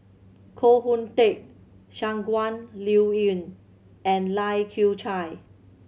Koh Hoon Teck Shangguan Liuyun and Lai Kew Chai